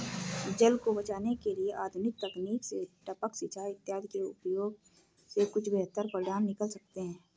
जल को बचाने के लिए आधुनिक तकनीक से टपक सिंचाई इत्यादि के प्रयोग से कुछ बेहतर परिणाम निकल सकते हैं